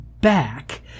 back